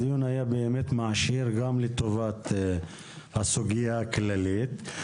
הדיון היה באמת דיון מעשיר לטובת הסוגיה הכללית.